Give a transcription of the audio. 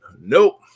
nope